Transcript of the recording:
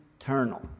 eternal